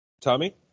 Tommy